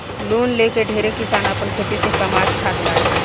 loan लेके ढेरे किसान आपन खेती से कामात खात बाड़े